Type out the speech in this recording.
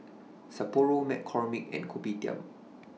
Sapporo McCormick and Kopitiam